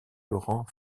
laurent